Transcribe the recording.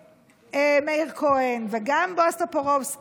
"אמר נבל בלבו אין אלקים"